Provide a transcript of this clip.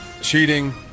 cheating